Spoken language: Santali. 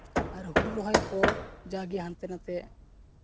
ᱟᱨ ᱦᱩᱲᱩ ᱨᱚᱦᱚᱭ ᱯᱚᱨ ᱡᱟᱜᱮ ᱦᱟᱱᱛᱮ ᱱᱟᱛᱮ